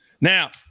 Now